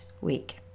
week